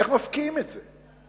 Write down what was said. איך מפקיעים את זה?